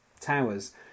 Towers